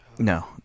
No